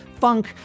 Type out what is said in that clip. funk